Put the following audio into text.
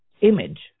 image